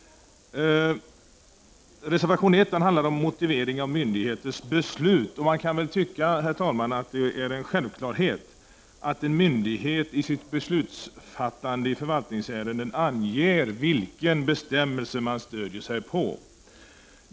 Reservation 1 handlar om motivering av myndigheters beslut. Man kan, herr talman, tycka att det är en självklarhet att en myndighet i sitt beslutsfattande i förvaltningsärenden anger vilken bestämmelse man stöder sig på.